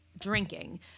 drinking